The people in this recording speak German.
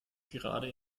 gerade